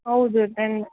ಹೌದು ಟೆನ್